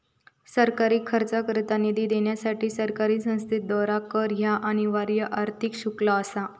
सरकारी खर्चाकरता निधी देण्यासाठी सरकारी संस्थेद्वारा कर ह्या अनिवार्य आर्थिक शुल्क असा